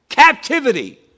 Captivity